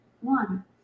One